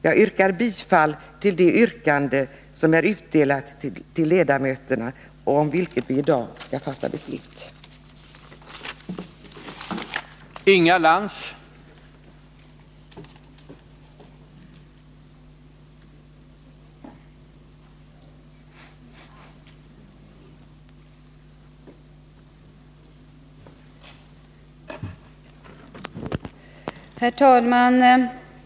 Jag hemställer om bifall till det yrkande som är utdelat till ledamöterna och som lyder: C. som sin mening ger regeringen till känna vad i den till utskottsbetänkandet fogade reservationen av Sven Aspling m.fl. anförts om frågor som skall tas upp vid överläggningar med sjukvårdshuvudmännen, d. begär att regeringen efter överenskommelse med sjukvårdshuvudmännen, förelägger riksdagen ett nytt lagförslag i frågan.